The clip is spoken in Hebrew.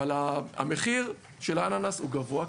אבל המחיר של האננס הוא גבוה,